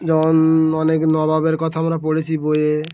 যেমন অনেক নবাবের কথা আমরা পড়েছি বইয়ে